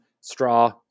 straw